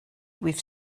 with